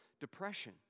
depression